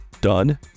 done